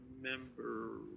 remember